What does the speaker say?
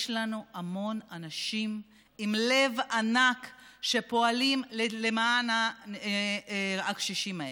יש לנו המון אנשים עם לב ענק שפועלים למען הקשישים האלה.